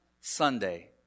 Sunday